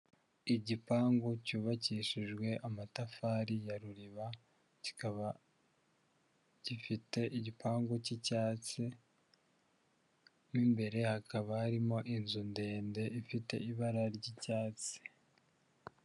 Igipangu cyubakishijwe amatafari ya ruriba, kikaba gifite igipangu cy'icyatsi, mo imbere hakaba harimo inzu ndende ifite ibara ry'icyatsi.